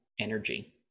energy